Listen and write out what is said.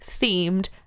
themed